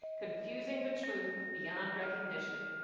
confusing the truth beyond recognition.